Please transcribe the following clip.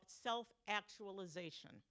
self-actualization